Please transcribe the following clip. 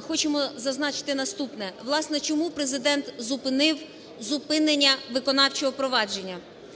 хочемо зазначити наступне, власне, чому Президент зупинив зупинення виконавчого провадження.